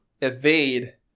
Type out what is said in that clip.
evade